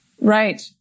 Right